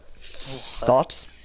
Thoughts